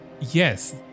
Yes